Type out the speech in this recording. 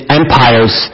empires